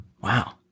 Wow